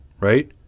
right